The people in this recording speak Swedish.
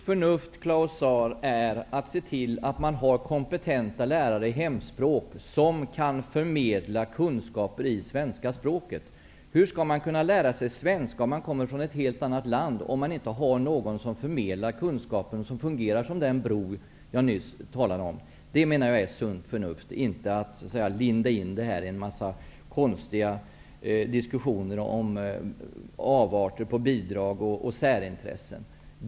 Herr talman! Sunt förnuft, Claus Zaar, är att se till att man har kompetenta lärare i hemspråk som kan förmedla kunskaper i svenska språket. Hur skall man kunna lära sig svenska om man kommer från ett helt annat land om man inte har någon som förmedlar kunskapen och som fungerar som den bro som jag nyss talade om? Det menar jag är sunt förnuft, inte att linda in detta i en mängd konstiga resonemang om avarter av bidrag och om särintressen.